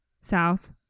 south